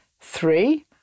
Three